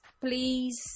Please